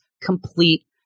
complete